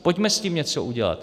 Pojďme s tím něco udělat.